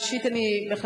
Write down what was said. ראשית אני בהחלט